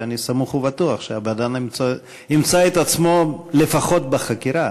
ואני סמוך ובטוח שהבן-אדם ימצא את עצמו לפחות בחקירה.